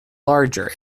larger